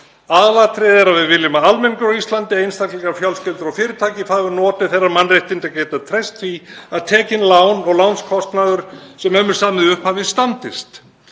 Aðalatriðið er að við viljum að almenningur á Íslandi, einstaklingar, fjölskyldur og fyrirtæki, fái notið þeirra mannréttinda að geta treyst því að tekin lán og lánskostnaður sem um er samið í upphafi standist.